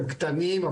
הם קטנים,